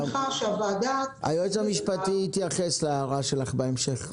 היועץ המשפטי יתייחס להערה שלך בהמשך.